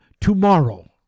tomorrow